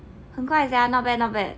很快 sia not bad not bad